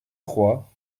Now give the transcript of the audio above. croix